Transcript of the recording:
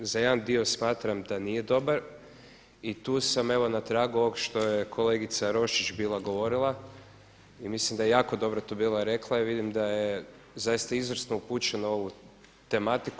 Za jedan dio smatram da nije dobar i tu sam evo na tragu onoga što je kolegica Roščić bila govorila i mislim da je jako dobro tu bila rekla i vidim da je zaista izvrsno upućena u ovu tematiku.